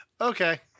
Okay